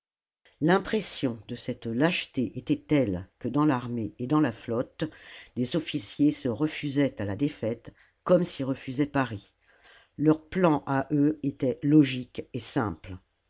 l'impression de cette lâcheté était telle que dans l'armée et dans la flotte des officiers se refusaient à la défaite comme s'y refusait paris leurs plans à eux étaient logiques et simples